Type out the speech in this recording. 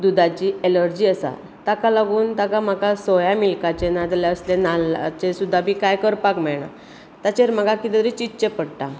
दुधाची ऍलर्जी आसा ताका लागून ताका म्हाका सोया मिल्काचें नाजाल्यार असलें नाल्लाचें सुद्दां बी काय करपाक मेळना ताचेर म्हाका कितें तरी चिंतचे पडटा